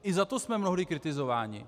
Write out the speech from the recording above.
I za to jsme mnohdy kritizováni.